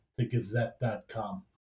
thegazette.com